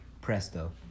Presto